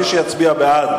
מי שיצביע בעד,